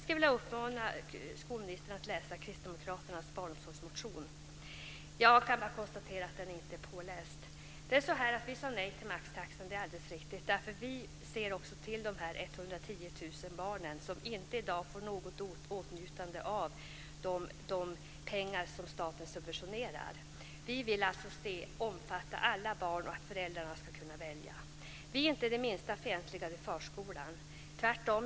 Det är alldeles riktigt att vi sade nej till maxtaxan. Vi ser också till de 110 000 barnen som inte kommer i åtnjutande av de pengar som staten betalar ut i form av subventioner. Vi vill att dessa pengar ska omfatta alla barn och att föräldrarna ska kunna välja. Vi är inte det minsta fientliga till förskolan, tvärtom.